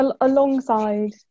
alongside